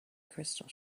crystal